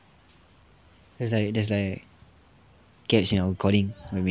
it's like there's like gaps in our recording when we